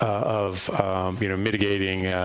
of you know mitigating